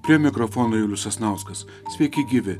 prie mikrofono julius sasnauskas sveiki gyvi